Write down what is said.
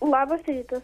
labas rytas